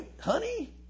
honey